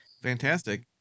Fantastic